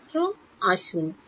ছাত্র আসুন